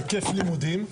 היקף לימודים,